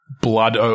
blood